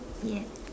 yes